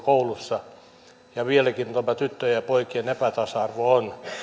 koulussa ja vieläkin tyttöjen ja poikien epätasa arvoa on